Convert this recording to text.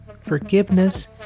forgiveness